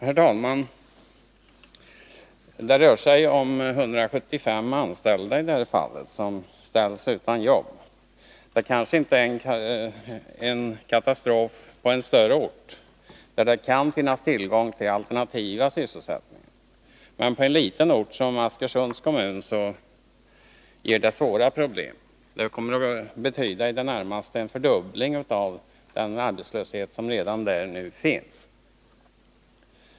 Herr talman! Det rör sig i det här fallet om 175 anställda som ställs utan jobb. Det kanske inte är någon katastrof på en större ort, där det kan finnas tillgång till alternativ sysselsättning, men på en liten ort, som Askersunds kommun, blir det svåra problem. Det kommer att betyda i det närmaste en fördubbling av den arbetslöshet som redan finns.